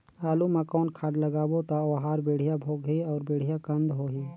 आलू मा कौन खाद लगाबो ता ओहार बेडिया भोगही अउ बेडिया कन्द होही?